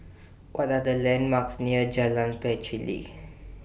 What Are The landmarks near Jalan Pacheli